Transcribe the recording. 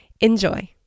Enjoy